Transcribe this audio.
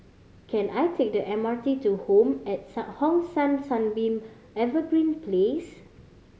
can I take the M R T to Home at Hong San Sunbeam Evergreen Place